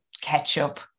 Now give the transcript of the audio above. ketchup